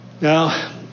Now